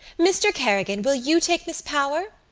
mr. kerrigan, will you take miss power?